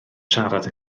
siarad